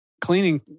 cleaning